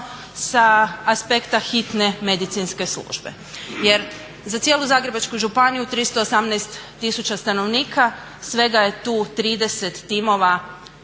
sa aspekta hitne medicinske službe. Jer za cijelu Zagrebačku županiju 318 tisuća stanovnika svega je tu 30 timova